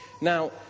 Now